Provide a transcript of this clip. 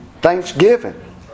thanksgiving